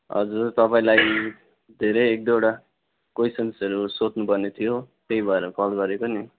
हजुर तपाईँलाई धेरै एक दुइवटा कोइसन्सहरू सोध्नु पर्ने थियो त्यही भएर कल गरेको नि